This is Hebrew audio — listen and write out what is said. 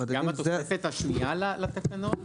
גם התוספת השנייה לתקנות?